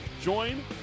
Join